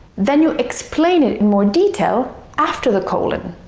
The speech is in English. then you explain it in more detail after the colon.